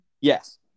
Yes